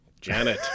Janet